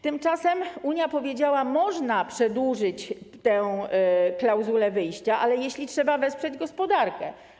Tymczasem Unia powiedziała: można przedłużyć klauzulę wyjścia, ale jeśli trzeba wesprzeć gospodarkę.